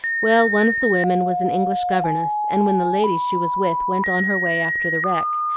well, one of the women was an english governess, and when the lady she was with went on her way after the wreck,